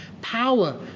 Power